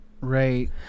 Right